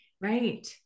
Right